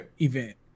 event